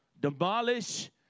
demolish